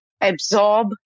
absorb